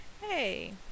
hey